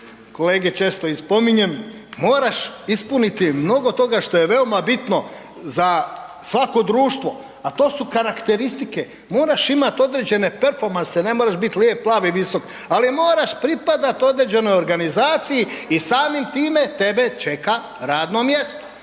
kolege često i spominjem, moraš ispuniti mnogo toga što je veoma bitno za svako društvo, a to su karakteristike. Moraš imat određene performanse, ne moraš bit lijep, plav i visok, ali moraš pripadat određenoj organizaciji i samim time tebe čeka radno mjesto,